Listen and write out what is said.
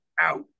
out